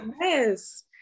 yes